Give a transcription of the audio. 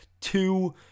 two